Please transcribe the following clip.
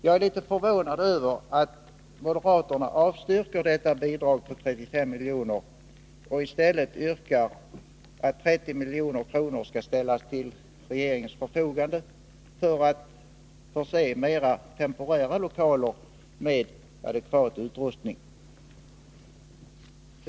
Jag är litet förvånad över att moderaterna avstyrker detta bidrag på 35 milj.kr. och i stället yrkar att 30 milj.kr. skall ställas till regeringens förfogande för att förse mera temporära lokaler med adekvat utrustning.